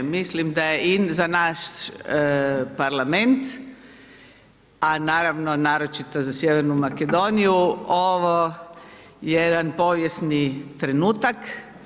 Mislim da je i za naš parlament, a naravno, naročito za Sjevernu Makedoniju ovo jedan povijesni trenutak.